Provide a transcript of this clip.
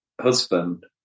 husband